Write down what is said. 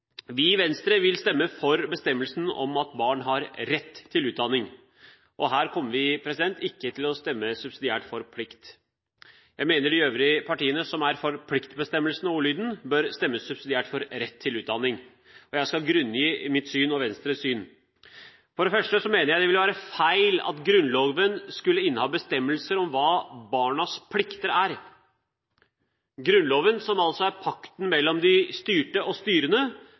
Vi i Venstre vil stemme for bestemmelsen om at barn har rett til utdanning. Her kommer vi ikke til å stemme subsidiært for plikt. Jeg mener de øvrige partiene som er for pliktbestemmelsen i ordlyden, bør stemme subsidiært for rett til utdanning. Jeg skal grunngi mitt og Venstres syn. For det første mener jeg det ville være feil at Grunnloven skulle inneha bestemmelser om hva barnas plikter er. Grunnloven, som altså er pakten mellom de styrte og de styrende,